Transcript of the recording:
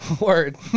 Word